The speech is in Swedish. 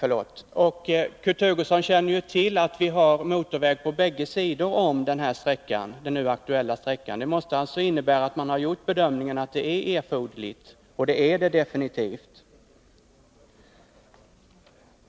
Kurt Hugosson känner till att E 6:an har motorvägsstandard både norr och söder om den nu aktuella sträckan. Det måste innebära att man har gjort bedömningen att det är erforderligt med motorvägsstandard — och det är det definitivt.